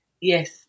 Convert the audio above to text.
Yes